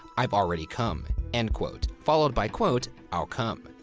i've already come, end quote, followed by, quote, i'll come,